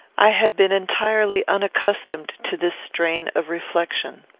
i had been entirely unaccustomed to this strain of reflection.